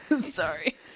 Sorry